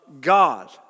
God